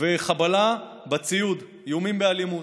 וחבלה בציוד, איומים באלימות.